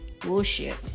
Bullshit